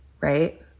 right